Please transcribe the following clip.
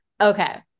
Okay